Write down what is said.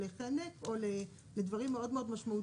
לחנק או לכל מיני דברים מאוד משמעותיים,